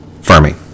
Fermi